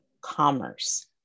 commerce